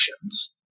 actions